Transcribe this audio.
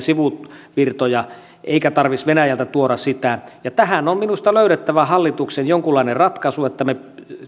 sivuvirtoja eikä tarvitsisi venäjältä tuoda sitä tähän on minusta hallituksen löydettävä jonkunlainen ratkaisu että me